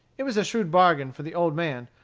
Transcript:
it was a shrewd bargain for the old man,